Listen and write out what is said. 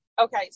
okay